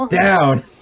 Down